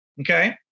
okay